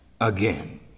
again